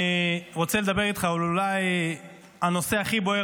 אני רוצה לדבר איתך על הנושא אולי הכי בוער